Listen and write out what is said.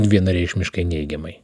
vienareikšmiškai neigiamai